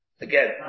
Again